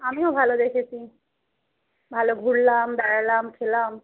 আমিও ভালো দেখেছি ভালো ঘুরলাম বেড়ালাম খেলাম